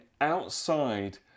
outside